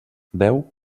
deu